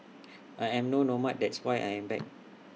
I am no nomad that's why I am back